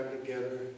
together